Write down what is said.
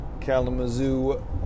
Kalamazoo